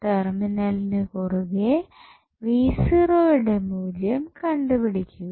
ടെർമിനലിന് കുറുകെ യുടെ മൂല്യം കണ്ടുപിടിക്കുക